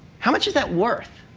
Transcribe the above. how much is that worth?